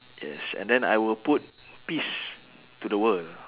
yes and then I will put peace to the world